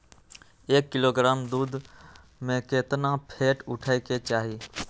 एक किलोग्राम दूध में केतना फैट उठे के चाही?